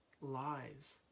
Lies